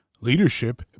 leadership